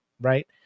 right